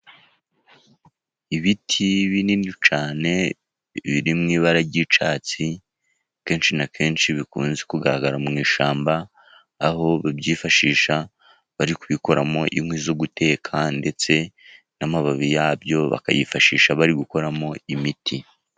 Ibiti binini cyane biri mu ibara ry'icyatsi kenshi na kenshi bikunze kugaragara mu ishyamba, aho babyifashisha bari kubikuramo inkwi zo guteka, ndetse n'amababi yabyo bakayifashisha bari gukoramo imiti.